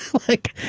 like.